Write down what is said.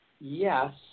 yes